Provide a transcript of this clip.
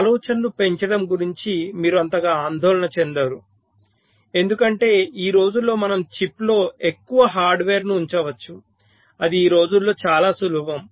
ఆలోచనను పెంచడం గురించి మీరు అంతగా ఆందోళన చెందరు ఎందుకంటే ఈ రోజుల్లో మనం చిప్లో ఎక్కువ హార్డ్వేర్ను ఉంచవచ్చు అది ఈ రోజుల్లో చాలా సులభం